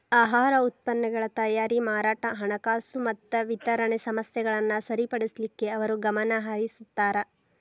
ಆಹಾರ ಉತ್ಪನ್ನಗಳ ತಯಾರಿ ಮಾರಾಟ ಹಣಕಾಸು ಮತ್ತ ವಿತರಣೆ ಸಮಸ್ಯೆಗಳನ್ನ ಸರಿಪಡಿಸಲಿಕ್ಕೆ ಅವರು ಗಮನಹರಿಸುತ್ತಾರ